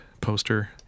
poster